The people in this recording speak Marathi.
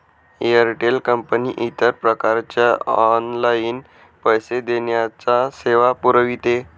एअरटेल कंपनी इतर प्रकारच्या ऑनलाइन पैसे देण्याच्या सेवा पुरविते